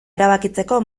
erabakitzeko